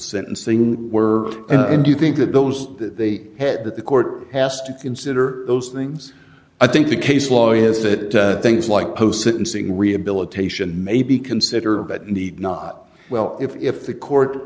sentencing were and do you think that those that they had that the court has to consider those things i think the case law is that things like post syncing rehabilitation maybe consider but need not well if the court